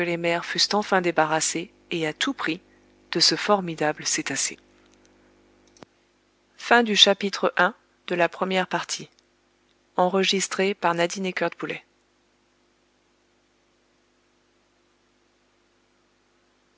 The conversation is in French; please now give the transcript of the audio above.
fussent enfin débarrassées et à tout prix de ce formidable cétacé